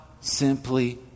simply